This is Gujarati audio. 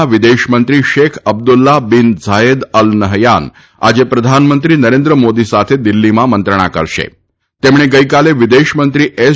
ના વિદેશમંત્રી શામ અબ્દુલ્લાહ બીન ઝાયક્ત અલ નહયાન આજે પ્રધાનમંત્રી નરેન્દ્રમોદી સાથાદિલ્ફીમાં મંત્રણા કરશ તક્ષણાગઇકાલાવિદેશમંત્રી એસ